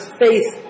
faith